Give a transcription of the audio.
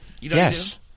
Yes